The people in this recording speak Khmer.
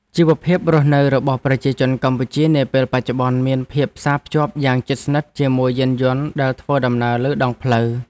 ជីវភាពរស់នៅរបស់ប្រជាជនកម្ពុជានាពេលបច្ចុប្បន្នមានភាពផ្សារភ្ជាប់យ៉ាងជិតស្និទ្ធជាមួយយានយន្តដែលធ្វើដំណើរលើដងផ្លូវ។